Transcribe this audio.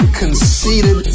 conceited